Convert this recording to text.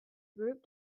group